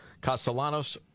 Castellanos